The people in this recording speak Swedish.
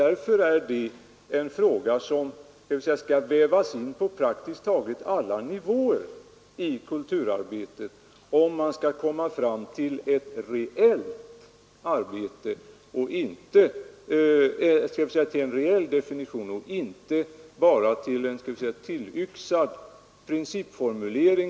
Därför måste frågan om yttrandefriheten vävas in på praktiskt taget alla nivåer i kulturarbetet om man skall komma fram till en reell definition och inte bara till en tillyxad principformulering.